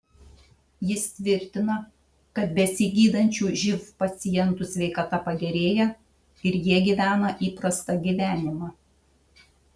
jis tvirtina kad besigydančių živ pacientų sveikata pagerėja ir jie gyvena įprastą gyvenimą